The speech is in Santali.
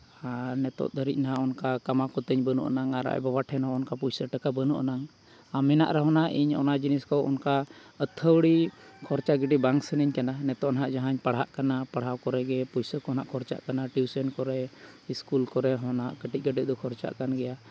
ᱟᱨ ᱱᱤᱛᱳᱜ ᱫᱷᱟᱹᱨᱤᱡᱽ ᱦᱟᱸᱜ ᱚᱱᱠᱟ ᱠᱟᱢᱟᱣ ᱠᱚᱛᱤᱧ ᱵᱟᱹᱱᱩᱜ ᱟᱱᱟᱝ ᱟᱨ ᱟᱡᱽ ᱵᱟᱵᱟ ᱴᱷᱮᱱ ᱦᱚᱸ ᱚᱱᱠᱟ ᱯᱚᱭᱥᱟ ᱴᱟᱠᱟ ᱵᱟᱹᱱᱩᱜ ᱟᱱᱟᱝ ᱟᱨ ᱢᱮᱱᱟᱜ ᱨᱮᱦᱚᱸ ᱱᱟᱦᱟᱜ ᱤᱧ ᱚᱱᱟ ᱡᱤᱱᱤᱥ ᱠᱚ ᱚᱱᱠᱟ ᱟᱹᱛᱷᱟᱹᱣᱲᱤ ᱠᱷᱚᱨᱪᱟ ᱜᱤᱰᱤ ᱵᱟᱝ ᱥᱟᱱᱟᱧ ᱠᱟᱱᱟ ᱱᱤᱛᱳᱜ ᱱᱟᱦᱟᱜ ᱡᱟᱦᱟᱸᱧ ᱯᱟᱲᱦᱟᱜ ᱠᱟᱱᱟ ᱯᱟᱲᱦᱟᱣ ᱠᱚᱨᱮ ᱜᱮ ᱯᱚᱭᱥᱟ ᱠᱚ ᱱᱟᱦᱟᱜ ᱠᱷᱚᱨᱪᱟᱜ ᱠᱟᱱᱟ ᱴᱤᱭᱩᱥᱚᱱ ᱠᱚᱨᱮ ᱥᱠᱩᱞ ᱠᱚᱨᱮ ᱦᱚᱸ ᱱᱟᱦᱟᱜ ᱠᱟᱹᱴᱤᱡᱽ ᱠᱟᱹᱴᱤᱡᱽ ᱫᱚ ᱠᱷᱚᱨᱪᱟᱜ ᱠᱟᱱ ᱜᱮᱭᱟ